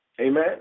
Amen